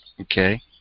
Okay